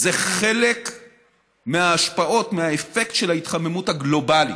זה חלק מההשפעות, מהאפקט של ההתחממות הגלובלית,